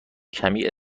کمی